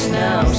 now